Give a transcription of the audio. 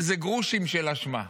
זה גרושים של אשמה.